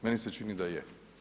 Meni se čini da je.